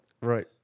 Right